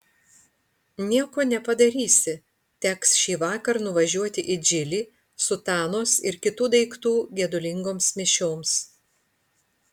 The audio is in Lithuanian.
nieko nepadarysi teks šįvakar nuvažiuoti į džilį sutanos ir kitų daiktų gedulingoms mišioms